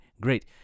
great